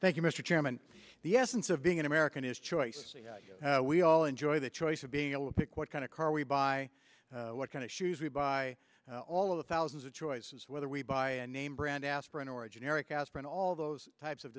mr chairman the essence of being an american is choice we all enjoy the choice of being able to pick what kind of car we buy what kind of shoes we buy all of the thousands of choices whether we buy a name brand aspirin or a generic aspirin all those types of